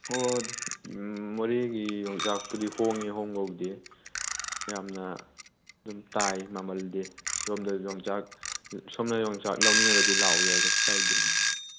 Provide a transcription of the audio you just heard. ꯍꯣꯏ ꯍꯣꯏ ꯃꯣꯔꯦꯒꯤ ꯌꯣꯡꯆꯥꯛꯄꯨꯗꯤ ꯍꯣꯡꯏ ꯍꯣꯡꯕꯗꯤ ꯌꯥꯝꯅ ꯑꯗꯨꯝ ꯇꯥꯏ ꯃꯃꯜꯗꯤ ꯁꯣꯝꯗ ꯌꯣꯡꯆꯥꯛ ꯁꯣꯃꯅ ꯌꯣꯡꯆꯥꯛ ꯂꯧꯅꯤꯡꯉꯒꯗꯤ ꯂꯥꯛꯎ ꯌꯥꯏ ꯀꯩꯁꯨ ꯀꯥꯏꯗꯦ